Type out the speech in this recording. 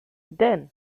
then